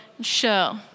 show